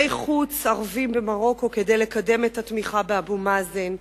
חוץ ערבים במרוקו כדי לקדם את התמיכה באבו מאזן.